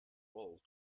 bulge